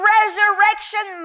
Resurrection